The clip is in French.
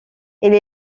elle